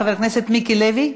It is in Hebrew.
חבר הכנסת מיקי לוי,